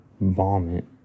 vomit